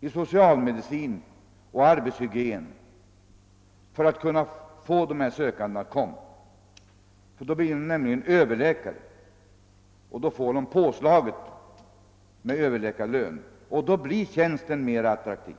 i socialmedicin och arbetshygien, ty då blir professorerna överläkare. Då får de lönepåslag i form av överläkarlön, och då blir tjänsterna mer attraktiva.